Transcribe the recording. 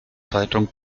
zeitung